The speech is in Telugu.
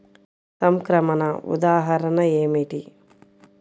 సంక్రమణ ఉదాహరణ ఏమిటి?